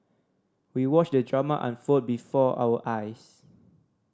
we watched the drama unfold before our eyes